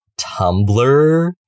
tumblr